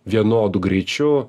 vienodu greičiu